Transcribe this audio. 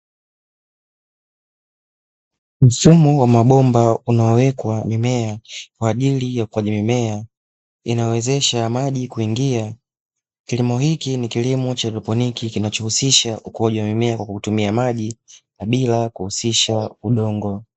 Mfumo wa mabomba unaowekwa mimea kwa ajili ya kwenye mimea, inayowezesha maji kuingia. Kilimo hiki ni kilimo cha haidroponi, kinachohusisha ukuaji wa mimea kwa kutumia maji bila kuhusisha udongo.